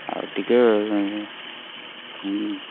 ଆଉ ଟିକିଏ